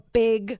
big